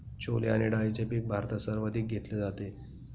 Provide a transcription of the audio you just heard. छोले आणि डाळीचे पीक भारतात सर्वाधिक घेतले जाते